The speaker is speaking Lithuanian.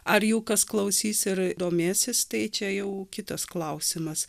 ar jų kas klausys ir domėsis tai čia jau kitas klausimas